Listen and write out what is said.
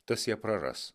tas ją praras